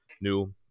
New